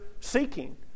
seeking